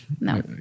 No